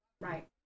Right